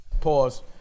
Pause